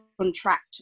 contract